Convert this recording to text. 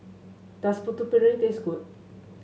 does Putu Piring taste good